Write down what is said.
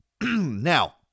Now